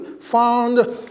found